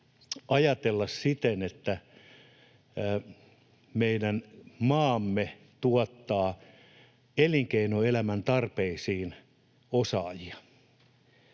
ajatella siten, että meidän maamme tuottaa elinkeinoelämän tarpeisiin osaajia.